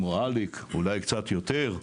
כמו אליק, אולי קצת יותר,